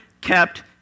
kept